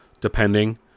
depending